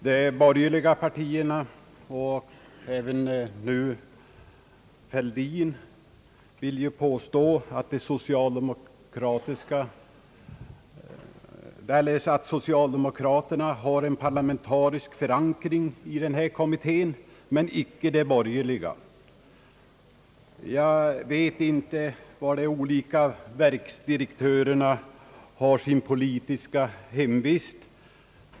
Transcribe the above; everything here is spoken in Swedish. Herr talman! De borgerliga partierna och även herr Fälldin påstår, att socialdemokraterna har en parlamentarisk förankring i den kommitté det här gäller men inte de borgerliga. Jag vet inte var de olika verkscheferna har sin politiska hemvist.